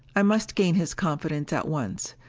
i must gain his confidence at once.